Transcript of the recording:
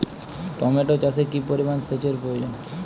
Tomato চাষে কি পরিমান সেচের প্রয়োজন?